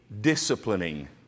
disciplining